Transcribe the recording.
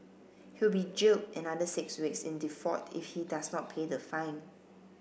he will be jailed another six weeks in default if he does not pay the fine